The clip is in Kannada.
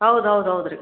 ಹೌದು ಹೌದು ಹೌದ್ರಿ